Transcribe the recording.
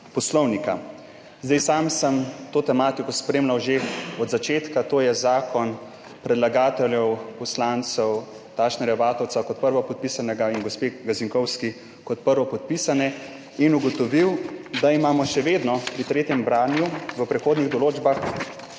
Poslovnika. Sam sem to tematiko spremljal že od začetka, to je zakon predlagateljev, poslancev Tašnerja Vatovca kot prvopodpisanega in gospe Gazinkovski kot prvopodpisane, in ugotovil, da imamo še vedno pri tretjem branju v prehodnih določbah